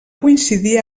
coincidir